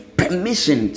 permission